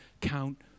count